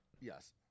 Yes